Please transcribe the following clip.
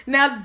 Now